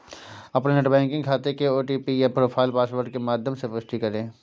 अपने net banking खाते के ओ.टी.पी या प्रोफाइल पासवर्ड के माध्यम से पुष्टि करें